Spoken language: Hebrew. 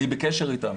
אני בקשר איתם,